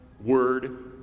word